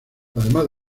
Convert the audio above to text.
además